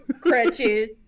crutches